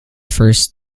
first